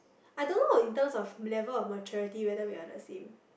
I dunno in terms of level of maturity whether we are the same